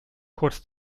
kurz